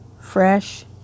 fresh